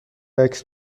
عکس